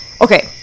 okay